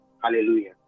hallelujah